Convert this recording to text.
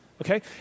Okay